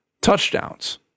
touchdowns